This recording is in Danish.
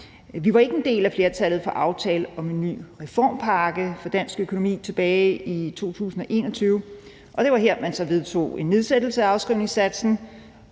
Vi var ikke en del af flertallet for aftalen om en ny reformpakke for dansk økonomi tilbage i 2021, og det var her, man vedtog en nedsættelse af afskrivningssatsen